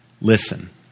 Listen